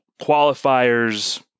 qualifiers